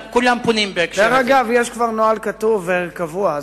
דרך אגב, כבר יש נוהל כתוב וקבוע.